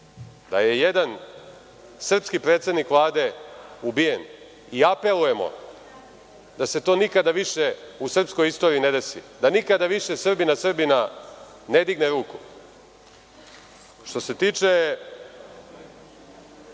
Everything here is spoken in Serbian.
da je jedan srpski predsednik Vlade ubijen i apelujemo da se to nikada više u srpskoj istoriji ne desi, da nikad više Srbin na Srbina ne digne ruku. Što se tiče